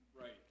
Right